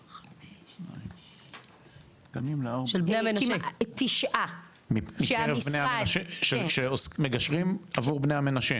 9. שמגשרים עבור בני המנשה.